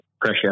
pressure